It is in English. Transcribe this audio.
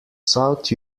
south